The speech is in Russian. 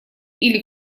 или